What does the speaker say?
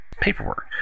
paperwork